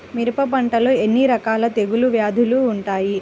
మిరప పంటలో ఎన్ని రకాల తెగులు వ్యాధులు వుంటాయి?